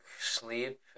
sleep